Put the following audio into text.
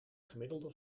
gemiddelde